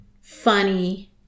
funny